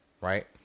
Right